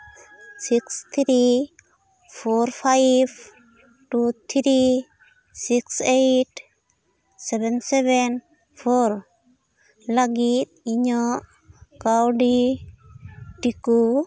six three four five two three six eight seven seven four ᱞᱟᱹᱜᱤᱫ ᱤᱧᱟᱹᱜ ᱠᱟᱹᱣᱰᱤ ᱴᱤᱠᱳ